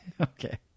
Okay